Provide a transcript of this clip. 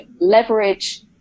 leverage